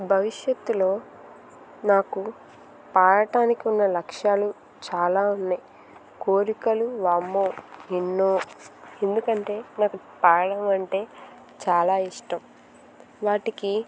భవిష్యత్తులో నాకు పాడటానికి ఉన్న లక్ష్యాలు చాలా ఉన్నాయి కోరికలు వామ్మో ఎన్నో ఎందుకంటే నాకు పాడడం అంటే చాలా ఇష్టం వాటికి